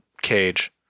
Cage